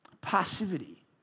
passivity